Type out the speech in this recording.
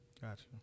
gotcha